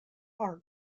are